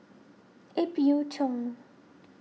Ip Yiu Tung